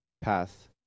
path